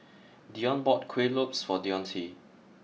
Dionne bought Kuih Lopes for Dionte